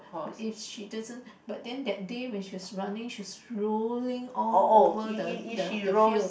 is she doesn't but then that day she was running she was rolling all over the the the field